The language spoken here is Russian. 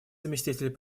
заместитель